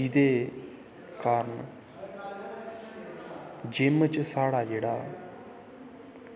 जेह्दे कारन जिम्म च साढ़ा जेह्ड़ा